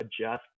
adjust